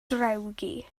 drewgi